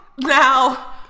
Now